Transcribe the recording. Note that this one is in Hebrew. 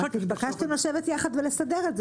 אחר כך --- התבקשתם לשבת יחד ולסדר את זה.